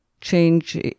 change